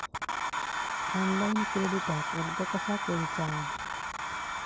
Online क्रेडिटाक अर्ज कसा करुचा?